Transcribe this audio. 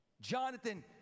Jonathan